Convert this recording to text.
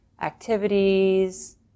activities